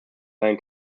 sein